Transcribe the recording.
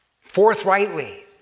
forthrightly